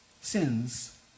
sins